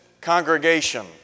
congregation